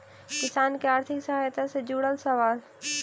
किसान के आर्थिक सहायता से जुड़ल सवाल?